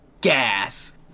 gas